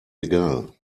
egal